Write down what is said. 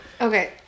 Okay